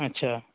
अच्छा